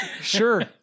Sure